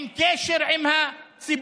עם קשר יום-יומי